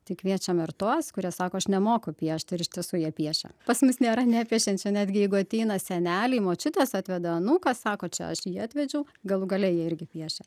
tai kviečiam ir tuos kurie sako aš nemoku piešt ir iš tiesų jie piešia pas mus nėra nepiešiančių netgi jeigu ateina seneliai močiutės atveda anūką sako čia aš jį atvedžiau galų gale jie irgi piešia